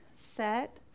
set